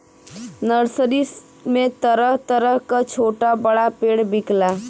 nursery में तरह तरह क छोटा बड़ा पेड़ बिकला